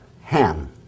Ham